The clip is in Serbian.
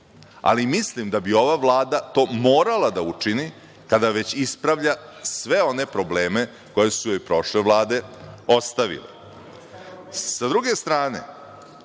ali mislim da bi ova Vlada ovo morala da učini, kada već ispravlja sve one probleme koje su joj prošle vlade ostavile. Sa